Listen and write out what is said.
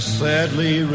sadly